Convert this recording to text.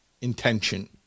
intention